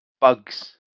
bugs